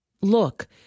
Look